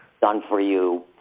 Done-for-you